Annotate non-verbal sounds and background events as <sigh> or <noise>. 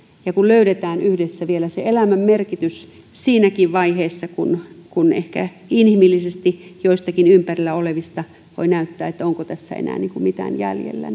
ja löydetään yhdessä vielä se elämän merkitys siinäkin vaiheessa kun kun ehkä inhimillisesti joistakin ympärillä olevista voi näyttää siltä että onko tässä enää mitään jäljellä <unintelligible>